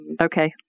Okay